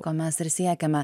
ko mes ir siekiame